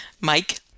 Mike